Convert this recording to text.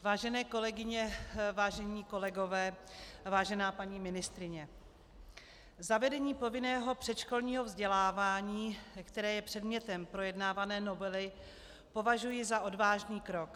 Vážené kolegyně, vážení kolegové, vážená paní ministryně, zavedení povinného předškolního vzdělávání, které je předmětem projednávané novely, považuji za odvážný krok.